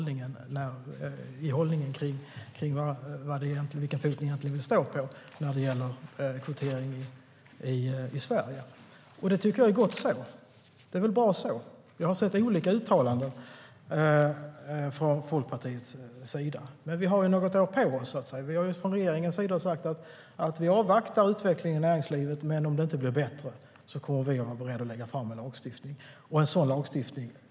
Ni vet inte vilken fot ni egentligen vill stå på när det gäller kvotering i Sverige, och det är väl bra så. Jag har sett olika uttalanden från Folkpartiets sida. Men vi har något år på oss. Vi har från regeringens sida sagt att vi avvaktar utvecklingen i näringslivet. Om det inte blir bättre kommer vi att vara beredda att lägga fram ett lagstiftningsförslag.